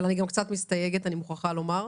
אבל אני גם קצת מסתייגת, אני מוכרחה לומר,